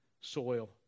Soil